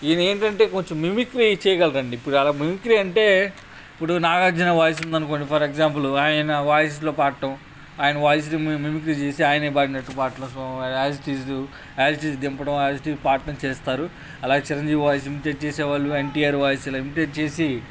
ఈయన ఏంటంటే కొంచెం మిమిక్రీ చేయగలడండీ ఇప్పుడు అలా మిమిక్రీ అంటే ఇప్పుడు నాగార్జున వాయిస్ ఉందనుకోండి ఫర్ ఎగ్జాంపులు ఆయన వాయిస్లో పాడడం ఆయన వాయిస్ని మిమిక్రీ చేసి ఆయన పాడినట్టు పాడడం as it is as it is దింపడం యాజ్ ఇట్ ఈస్ పాడడం చేస్తారు అలాగే చిరంజీవి వాయిస్ ఇమిటేట్ చేసే వాళ్ళు ఎన్టీఆర్ వాయిస్ ఇలా ఇమిటేట్ చేసి